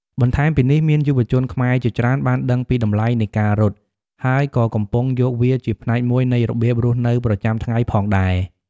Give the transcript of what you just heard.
បន្ថែមពីនេះ មានយុវជនខ្មែរជាច្រើនបានដឹងពីតម្លៃនៃការរត់ ហើយក៏កំពុងយកវាជាផ្នែកមួយនៃរបៀបរស់នៅប្រចាំថ្ងៃផងដែរ។